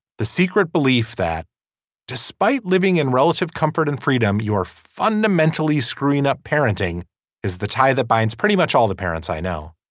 the secret belief that despite living in relative comfort and freedom you are fundamentally screwing up. parenting is the tie that binds pretty much all the parents i know